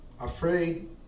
afraid